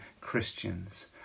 Christians